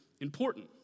important